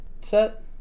set